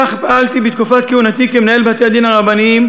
כך פעלתי בתקופת כהונתי כמנהל בתי-הדין הרבניים